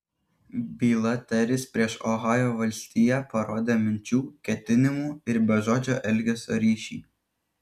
byla teris prieš ohajo valstiją parodė minčių ketinimų ir bežodžio elgesio ryšį